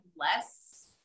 less